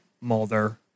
Mulder